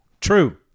True